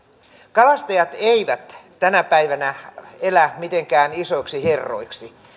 kalastajat eivät tänä päivänä elä mitenkään isoiksi herroiksi